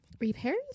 Repairs